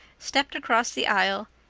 stepped across the aisle,